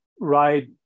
right